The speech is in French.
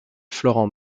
florent